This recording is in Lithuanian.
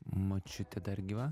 močiutė dar gyva